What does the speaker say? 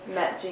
met